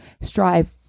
strive